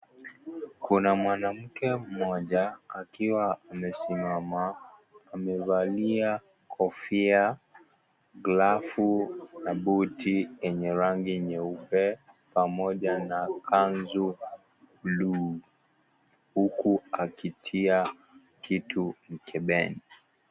Kuna mwanamke mmoja akiwa amesimama amevalia kofia , glafu na buti yenye rangi nyeupe pamoja na kanzu blue , huku akitia kitu mkebeni.